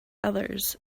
others